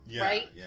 right